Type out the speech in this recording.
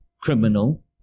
criminal